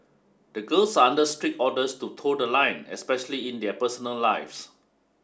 the girls are under strict orders to toe the line especially in their personal lives